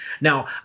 Now